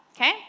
Okay